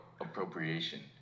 appropriation